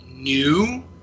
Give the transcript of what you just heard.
new